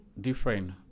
different